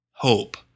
Hope